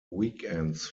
weekends